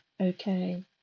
Okay